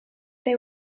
they